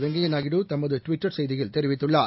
வெங்கையநாயுடு தனதுட்விட்டர் செய்தியில் தெரிவித்துள்ளார்